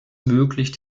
möglich